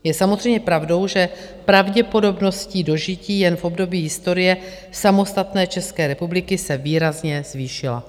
Je samozřejmě pravdou, že pravděpodobnost dožití jen v období historie samostatné České republiky se výrazně zvýšila.